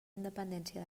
independència